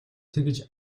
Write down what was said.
тэгж